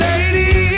Lady